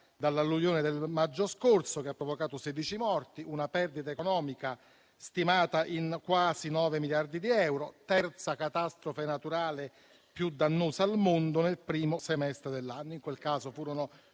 dall'alluvione del maggio scorso, che ha provocato 16 morti e una perdita economica stimata in quasi 9 miliardi di euro. È stata la terza catastrofe naturale più dannosa al mondo nel primo semestre dell'anno. In quel caso furono